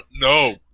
No